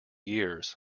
years